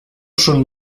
schon